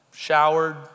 showered